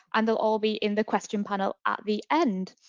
and they'll all be in the question panel at the end.